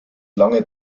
lange